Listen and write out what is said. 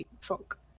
folk